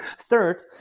Third